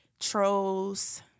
trolls